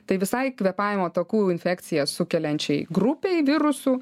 tai visai kvėpavimo takų infekcijas sukeliančiai grupei virusų